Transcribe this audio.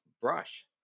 brush